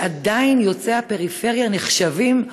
שעדיין יוצאי הפריפריה נחשבים,